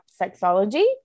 sexology